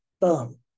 boom